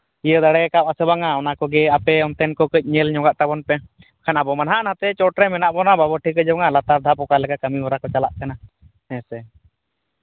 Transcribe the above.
ᱤᱭᱟᱹ ᱫᱟᱲᱮ ᱠᱟᱣᱫᱟ ᱥᱮ ᱵᱟᱝᱟ ᱚᱱᱟ ᱠᱚᱜᱮ ᱟᱯᱮ ᱚᱱᱛᱮᱱ ᱠᱚ ᱠᱟᱹᱡ ᱧᱮᱞ ᱧᱚᱜᱟ ᱛᱟᱵᱚᱱ ᱯᱮ ᱠᱷᱟᱱ ᱟᱵᱚᱢᱟ ᱱᱟᱦᱟᱜ ᱱᱟᱛᱮ ᱪᱚᱴᱨᱮ ᱢᱮᱱᱟᱜ ᱵᱚᱱᱟ ᱵᱟᱵᱚᱱ ᱴᱷᱤᱠᱟᱹ ᱡᱚᱝᱜᱟ ᱞᱟᱛᱟᱨ ᱫᱷᱟᱯ ᱚᱠᱟ ᱞᱮᱠᱟ ᱠᱟᱹᱢᱤ ᱦᱚᱨᱟ ᱠᱚ ᱪᱟᱞᱟᱜ ᱠᱟᱱᱟ ᱦᱮᱸ ᱥᱮ